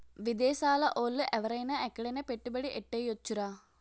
విదేశాల ఓళ్ళు ఎవరైన ఎక్కడైన పెట్టుబడి ఎట్టేయొచ్చురా